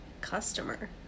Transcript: customer